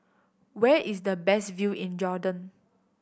where is the best view in Jordan